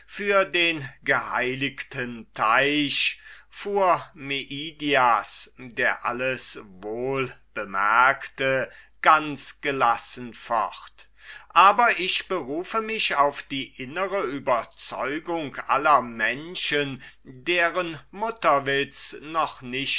für den geheiligten teich fuhr meidias der alles wohl bemerkte ganz gelassen fort aber ich berufe mich auf die innere überzeugung aller menschen deren mutterwitz noch nicht